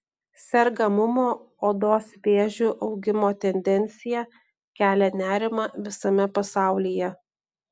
sergamumo odos vėžiu augimo tendencija kelia nerimą visame pasaulyje